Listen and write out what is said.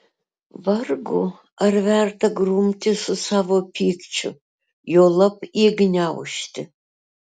vargu ar verta grumtis su savo pykčiu juolab jį gniaužti